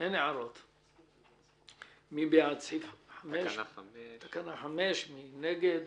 נצביע על תקנה מס' 5. הצבעה בעד, רוב נגד,